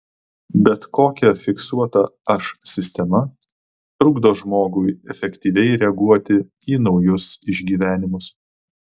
bet kokia fiksuota aš sistema trukdo žmogui efektyviai reaguoti į naujus išgyvenimus